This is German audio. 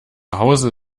hause